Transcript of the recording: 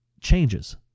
changes